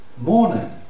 morning